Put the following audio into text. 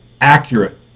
accurate